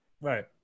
Right